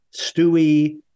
stewie